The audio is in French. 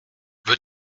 veux